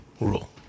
rule